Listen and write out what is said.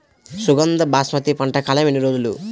సుగంధ బాస్మతి పంట కాలం ఎన్ని రోజులు?